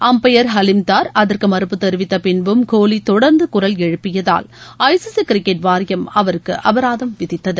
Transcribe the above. umpire Aleem Dar அதற்கு மறுப்பு தெரிவித்த பின்பும் கோஹ்லி தொடர்ந்து குரல் எழுப்பியதால் ஐசிசி கிரிக்கெட் வாரியம் அவருக்கு அபராதம் விதித்தது